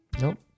nope